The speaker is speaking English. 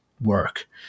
work